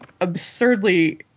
absurdly